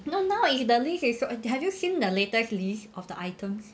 no now is the list is have you seen the latest list of the items